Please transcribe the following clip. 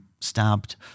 stabbed